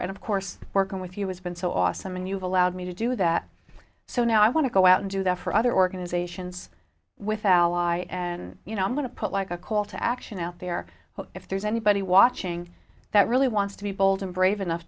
for and of course working with you has been so awesome and you've allowed me to do that so now i want to go out and do that for other organizations without a lie and you know i'm going to put like a call to action out there if there's anybody watching that really wants to be bold and brave enough